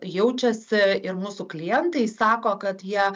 jaučiasi ir mūsų klientai sako kad jie